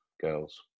girls